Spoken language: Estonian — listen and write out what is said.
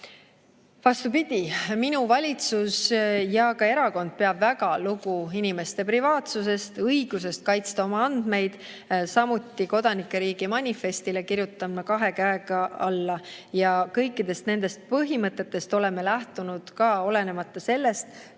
Vastupidi, minu valitsus ja ka erakond peab väga lugu inimeste privaatsusest, õigusest kaitsta oma andmeid. Samuti kodanike riigi manifestile kirjutan ma kahe käega alla. Kõikidest nendest põhimõtetest oleme lähtunud olenemata sellest,